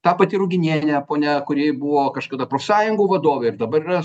ta pati ruginienė ponia kuri buvo kažkada profsąjungų vadovė ir dabar yra